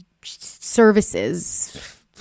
services